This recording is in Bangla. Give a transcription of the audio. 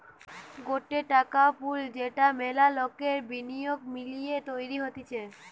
গটে টাকার পুল যেটা মেলা লোকের বিনিয়োগ মিলিয়ে তৈরী হতিছে